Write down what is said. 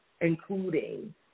including